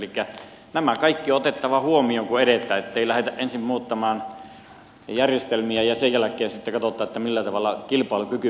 elikkä nämä kaikki on otettava huomioon kun edetään ettei lähdetä ensin muuttamaan järjestelmiä ja sen jälkeen sitten katsota millä tavalla kilpailukyky pidetään yllä suomessa